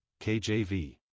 KJV